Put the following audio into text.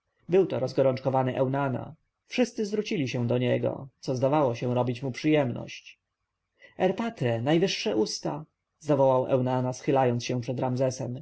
to rozgorączkowany eunana wszyscy zwrócili się do niego co zdawało się robić mu przyjemność erpatre najwyższe usta zawołał eunana schylając się przed ramzesem